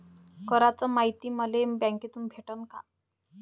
कराच मायती मले बँकेतून भेटन का?